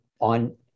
on